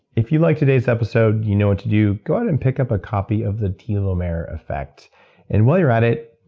if you liked today's episode, you know what to do. go out and and pick up a copy of the telomere effect and while you're at it,